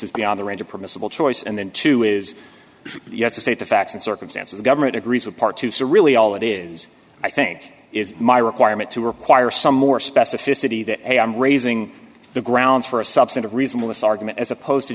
is beyond the range of permissible choice and then to is you have to state the facts and circumstances of government agrees with part two so really all it is i think is my requirement to require some more specificity that i am raising the grounds for a substantive reason in this argument as opposed to